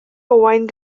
owain